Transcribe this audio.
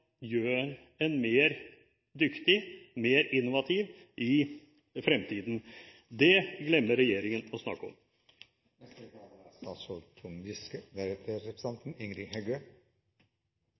gjør en mer dyktig, mer innovativ, i fremtiden. Det glemmer regjeringen å snakke om.